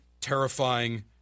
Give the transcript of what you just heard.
terrifying